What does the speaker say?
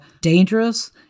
dangerous